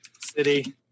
City